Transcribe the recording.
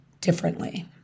differently